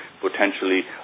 potentially